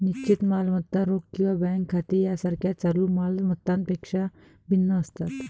निश्चित मालमत्ता रोख किंवा बँक खाती यासारख्या चालू माल मत्तांपेक्षा भिन्न असतात